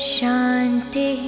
Shanti